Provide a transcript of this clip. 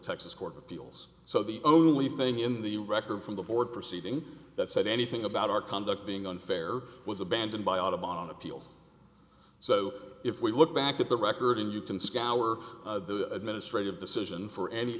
texas court of appeals so the only thing in the record from the board proceeding that said anything about our conduct being unfair was abandoned by audubon appeal so if we look back at the record and you can scour the administrative decision for any